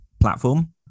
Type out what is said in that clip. platform